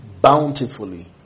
bountifully